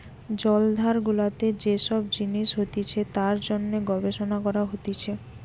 জলাধার গুলাতে যে সব জিনিস হতিছে তার জন্যে গবেষণা করা হতিছে